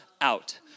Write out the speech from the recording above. out